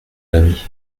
l’ami